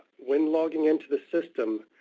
when logging into the system,